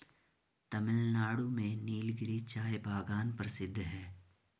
तमिलनाडु में नीलगिरी चाय बागान प्रसिद्ध है